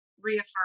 reaffirm